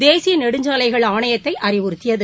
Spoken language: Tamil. தேசியநெடுஞ்சாலைகள் ஆணையத்தைஅறிவுறுத்தியது